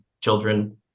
children